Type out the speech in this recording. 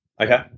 Okay